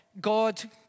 God